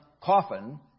Coffin